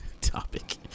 topic